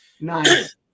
Nice